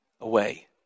away